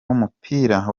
w’umupira